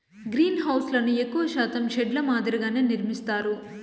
గ్రీన్హౌస్లను ఎక్కువ శాతం షెడ్ ల మాదిరిగానే నిర్మిత్తారు